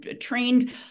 trained